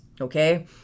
okay